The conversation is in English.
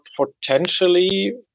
potentially